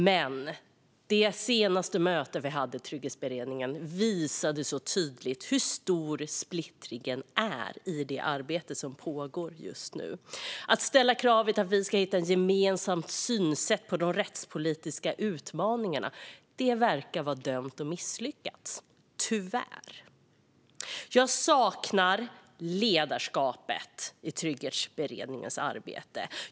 Men det senaste mötet i denna trygghetsberedning visade tydligt hur stor splittringen är i det arbete som pågår just nu. Att ställa kravet att vi ska hitta ett gemensamt synsätt på de rättspolitiska utmaningarna verkar vara dömt att misslyckas - tyvärr. Jag saknar ledarskapet i denna trygghetsberednings arbete.